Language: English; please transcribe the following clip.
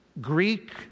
Greek